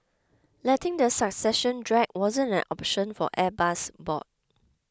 letting the succession drag wasn't an option for Airbus's board